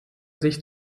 sich